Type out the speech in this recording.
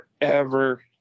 forever